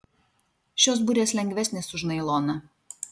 šios burės lengvesnės už nailoną